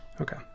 Okay